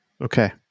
Okay